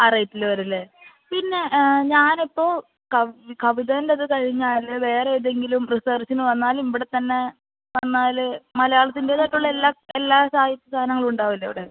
ആ റേറ്റിൽ വരുമല്ലേ പിന്നെ ഞാനിപ്പോൾ കവി കവിതേൻ്റെ ഇത് കഴിഞ്ഞാൽ വേറെ ഏതെങ്കിലും റിസേർച്ചിന് വന്നാലും ഇവിടെ തന്നെ വന്നാൽ മലയാളത്തിൻ്റെതായിട്ടുള്ള എല്ലാ എല്ലാ സാഹിത്യ സാധനങ്ങളും ഉണ്ടാവില്ലേ ഇവിടെ